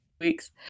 weeks